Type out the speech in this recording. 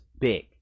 big